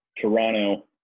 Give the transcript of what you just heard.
Toronto